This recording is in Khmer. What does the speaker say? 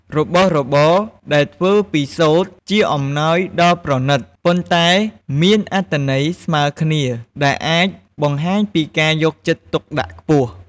របស់របរដែលធ្វើពីសូត្រ ជាអំណោយដ៏ប្រណិត ប៉ុន្តែមានអត្ថន័យស្មើគ្នា ដែលអាចបង្ហាញពីការយកចិត្តទុកដាក់ខ្ពស់។